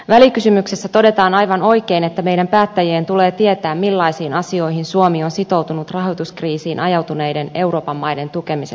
välikysymyksessä todetaan aivan oikein että meidän päättäjien tulee tietää millaisiin asioihin suomi on sitoutunut rahoituskriisiin ajautuneiden euroopan maiden tukemisessa